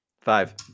Five